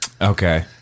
Okay